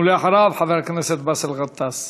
ואחריו, חבר הכנסת באסל גטאס.